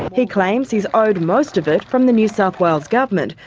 he claims he's owed most of it from the new south wales government,